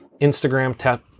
Instagram